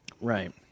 Right